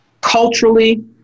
culturally